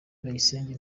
bayisenge